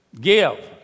Give